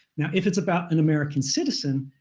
now if it's about an american citizen,